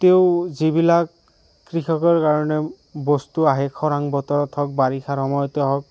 তেওঁ যিবিলাক কৃষকৰ কাৰণে বস্তু আহে খৰাং বতৰত হওক বাৰিষাৰ সময়তে হওক